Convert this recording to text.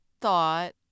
thought